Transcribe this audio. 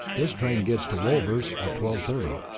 this train gets to wolvers at twelve thirty.